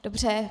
Dobře.